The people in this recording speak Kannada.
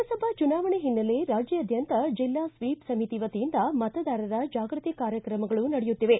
ಲೋಕಸಭಾ ಚುನಾವಣೆ ಹಿನ್ನೆಲೆ ರಾಜ್ಯಾದ್ಯಂತ ಜಿಲ್ಲಾ ಸ್ವೀಪ್ ಸಮಿತಿ ವತಿಯಿಂದ ಮತದಾರರ ಜಾಗೃತಿ ಕಾರ್ಯಕ್ರಮಗಳು ನಡೆಯುತ್ತಿವೆ